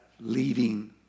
leading